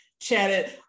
chatted